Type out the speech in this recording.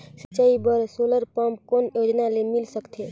सिंचाई बर solar pump कौन योजना ले मिल सकथे?